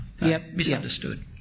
misunderstood